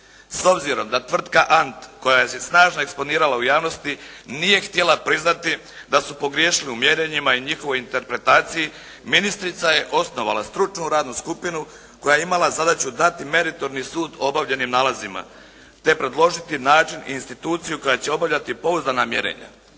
S obzirom da tvrtka Ant koja se snažno eksponirala u javnosti nije htjela priznati da su pogriješili u mjerenjima i njihovoj interpretaciji, ministrica je osnovala stručnu radnu skupinu koja je imala zadaću dati meritorni sud obavljenim nalazima te predložiti način i instituciju koja će obavljati pouzdana mjerenja.